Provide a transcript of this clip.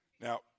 Now